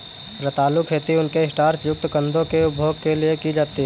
रतालू खेती उनके स्टार्च युक्त कंदों के उपभोग के लिए की जाती है